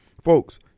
Folks